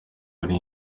ari